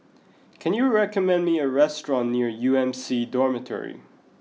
can you recommend me a restaurant near U M C Dormitory